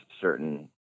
certain